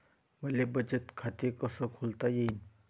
मले बचत खाते कसं खोलता येईन?